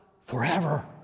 forever